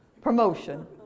Promotion